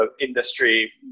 industry